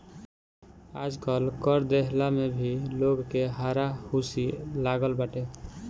आजकल कर देहला में भी लोग के हारा हुसी लागल बाटे